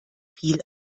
viel